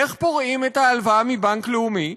איך פורעים את ההלוואה מבנק לאומי?